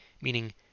meaning